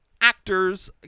actors